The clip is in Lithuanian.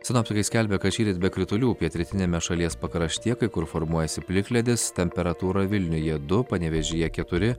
sinoptikai skelbia kad šįryt be kritulių pietrytiniame šalies pakraštyje kai kur formuojasi plikledis temperatūra vilniuje du panevėžyje keturi